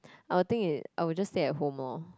I'll think it I'll just stay at home lor